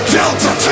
Delta